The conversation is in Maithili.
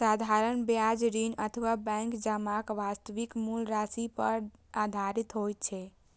साधारण ब्याज ऋण अथवा बैंक जमाक वास्तविक मूल राशि पर आधारित होइ छै